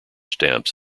stamps